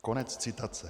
Konec citace.